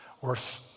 worth